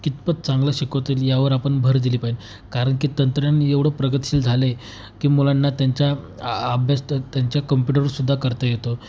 कितपत चांगलं शिकवते यावर आपण भर दिली पाहिजे कारण की तंत्रज्ञान एवढं प्रगतशील झाले की मुलांना त्यांच्या आ अभ्यास तर त्यांच्या कम्प्युटरसुद्धा करता येतो